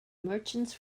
merchants